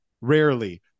rarely